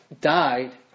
died